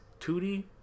2D